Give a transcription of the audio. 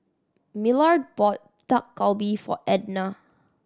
Millard bought Dak Galbi for Ednah